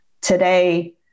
today